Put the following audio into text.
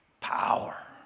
power